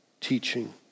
teaching